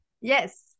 Yes